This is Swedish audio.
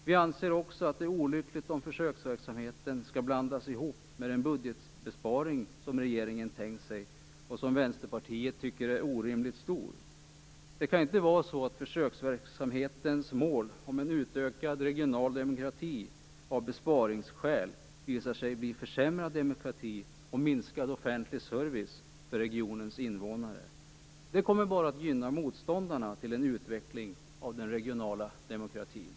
Vi anser också att det är olyckligt om försöksverksamheten skall blandas ihop med den budgetbesparing som regeringen tänkt sig och som Vänsterpartiet tycker är orimligt stor. Det kan inte vara så att försöksverksamhetens mål om en utökad regional demokrati av besparingsskäl skall leda till försämrad demokrati och minskad offentlig service för regionens invånare. Det kommer bara att gynna motståndarna till en utveckling av den regionala demokratin.